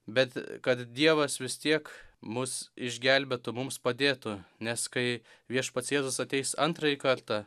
bet kad dievas vis tiek mus išgelbėtų mums padėtų nes kai viešpats jėzus ateis antrąjį kartą